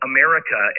America